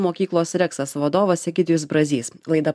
mokyklos reksas vadovas egidijus brazys laidą